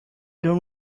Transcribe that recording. don’t